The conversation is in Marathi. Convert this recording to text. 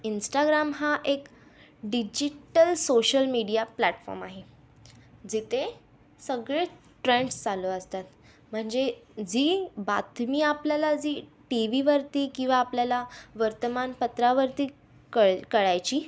इंस्टाग्राम हा एक डिजिटल सोशल मीडिया प्लॅटफॉम आहे जेथे सगळे ट्रेंड्स चालू असतात म्हणजे जी बातमी आपल्याला जी टी वीवरती किंवा आपल्याला वर्तमानपत्रावरती कळ कळायची